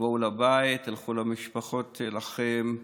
בואו הביתה, תלכו למשפחות שלכם,